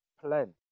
Plan